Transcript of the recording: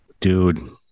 Dude